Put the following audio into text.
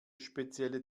spezielle